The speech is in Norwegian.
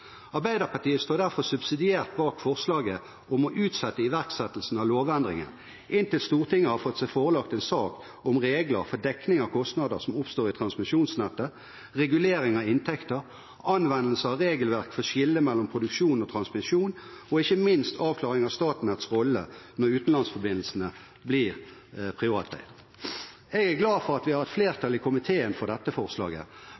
Arbeiderpartiet står derfor subsidiært bak forslaget om å utsette iverksettelsen av lovendringen inntil Stortinget har fått seg forelagt en sak om regler for dekning av kostnader som oppstår i transmisjonsnettet, regulering av inntekter, anvendelse av regelverk for skille mellom produksjon og transmisjon og ikke minst avklaring av Statnetts rolle når utenlandsforbindelsene blir privateide. Jeg er glad for at vi har et